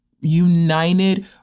united